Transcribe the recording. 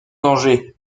danger